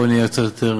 בואו נהיה קצת יותר,